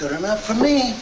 good enough for me